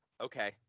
Okay